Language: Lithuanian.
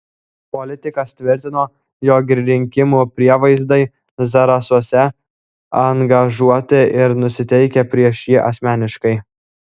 politikas tvirtino jog ir rinkimų prievaizdai zarasuose angažuoti ir nusiteikę prieš jį asmeniškai